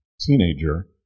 teenager